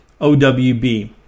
owb